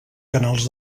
canals